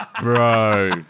Bro